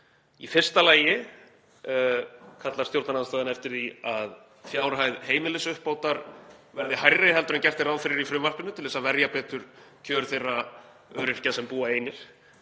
Í fyrsta lagi kallar stjórnarandstaðan eftir því að fjárhæð heimilisuppbótar verði hærri en gert er ráð fyrir í frumvarpinu til að verja betur kjör þeirra öryrkja sem búa einir.